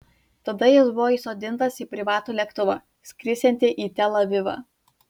tada jis buvo įsodintas į privatų lėktuvą skrisiantį į tel avivą